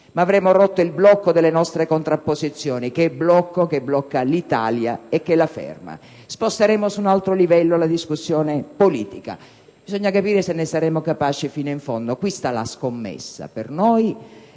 ma avremo rotto il blocco delle nostre contrapposizioni, che blocca l'Italia e la ferma. Sposteremo su un altro livello la discussione politica. Bisogna capire se ne ne saremo capaci fino in fondo. Qui sta la scommessa per noi